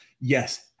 yes